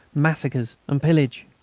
massacres and pillage.